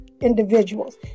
individuals